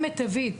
מיטבית,